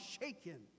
shaken